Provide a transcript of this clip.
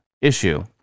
issue